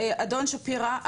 אדון שפירא,